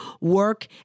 work